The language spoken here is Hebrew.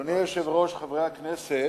אדוני היושב-ראש, חברי הכנסת,